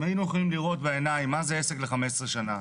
אם היינו יכולים לראות בעיניים מה זה עסק ל-15 שנה,